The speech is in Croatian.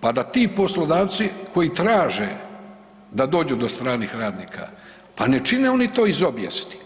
pa da ti poslodavci koji traže da dođu do stranih radnika, pa ne čine oni to iz obijesti.